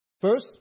First